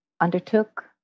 undertook